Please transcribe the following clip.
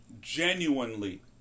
Genuinely